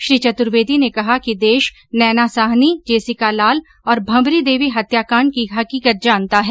श्री चतुर्वेदी ने कहा कि देश नैना साहनी जेसिका लाल और भंवरी देवी हत्याकाण्ड की हकीकत जानता है